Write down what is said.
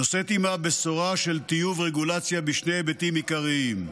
נושאת עימה בשורה של טיוב רגולציה בשני היבטים עיקריים: